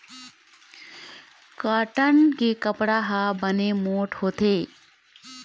cotton के कपड़ा ह बने मोठ्ठ होथे